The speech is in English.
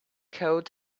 coat